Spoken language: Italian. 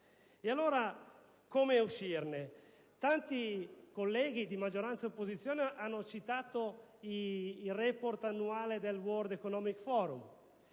Allora come uscirne? Tanti colleghi di maggioranza ed opposizione hanno citato il *report* annuale del World Economic Forum.